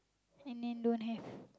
and then don't have